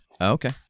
Okay